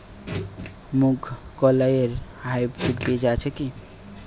মুগকলাই এর হাইব্রিড বীজ আছে কি?